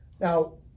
Now